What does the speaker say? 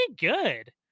good